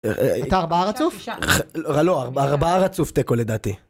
אתה ארבעה רצוף? לא, ארבעה רצוף תיקו לדעתי.